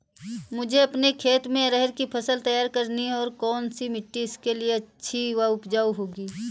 मुझे अपने खेत में अरहर की फसल तैयार करनी है और कौन सी मिट्टी इसके लिए अच्छी व उपजाऊ होगी?